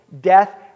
death